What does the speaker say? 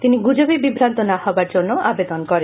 তিনি গুজবে বিভ্রান্ত না হবার জন্যও আবেদন করেন